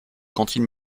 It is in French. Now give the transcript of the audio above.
cantine